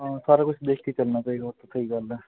ਹਾਂ ਸਾਰਾ ਕੁਛ ਦੇਖ ਕੇ ਕਰਨਾ ਪਏਗਾ ਉਹ ਤਾਂ ਸਹੀ ਗੱਲ ਹੈ